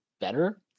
better